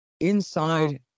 inside